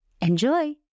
Enjoy